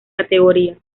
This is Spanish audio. categoría